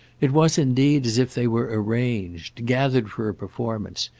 it was indeed as if they were arranged, gathered for a performance,